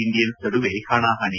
Indians ನಡುವೆ ಹಣಾಹಣಿ